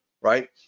right